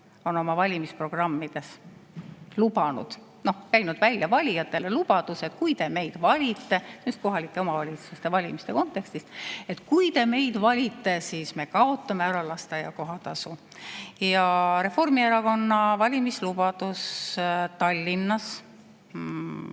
on oma valimisprogrammides lubanud, käinud välja valijatele lubaduse, just kohalike omavalitsuste valimiste kontekstis, et kui te meid valite, siis me kaotame ära lasteaia kohatasu. Ja Reformierakonna valimislubadus Tallinnas